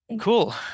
Cool